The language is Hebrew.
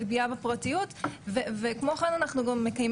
זה חלק בלתי נפרד מהחיים שלהם כיום,